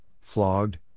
flogged